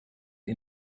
ihn